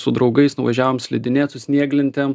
su draugais nuvažiavom slidinėt su snieglentėm